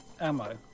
ammo